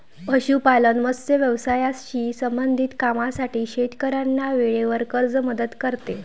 पशुपालन, मत्स्य व्यवसायाशी संबंधित कामांसाठी शेतकऱ्यांना वेळेवर कर्ज मदत करते